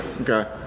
Okay